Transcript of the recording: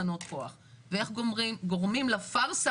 על סדר היום תכנון הקמת תחנות כח מבוססות גז וסולר באזור ראש העין,